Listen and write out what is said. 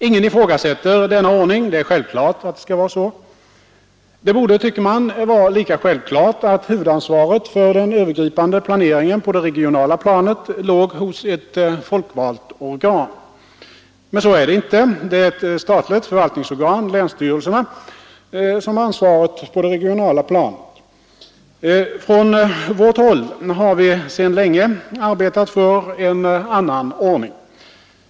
Ingen ifrågasätter denna ordning. Det är självklart att det skall vara så. Det borde, tycker man, vara självklart att huvudansvaret för den övergripande planeringen på det regionala planet låg hos ett folkvalt organ. Men så är det inte. Det är ett statligt förvaltningsorgan, länsstyrelsen, som har ansvaret på det regionala planet. Från vårt håll har vi sedan länge arbetat för en annan ordning.